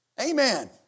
Amen